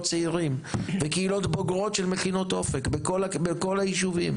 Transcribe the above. צעירים וקהילות בוגרות של קהילות אופק בכל היישובים.